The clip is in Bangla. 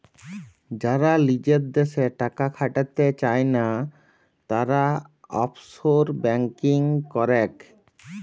যারা লিজের দ্যাশে টাকা খাটাতে চায়না, তারা অফশোর ব্যাঙ্কিং করেক